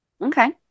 Okay